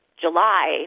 July